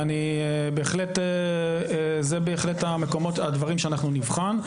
ואני בהחלט, זה בהחלט הדברים שאנחנו נבחן.